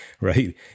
right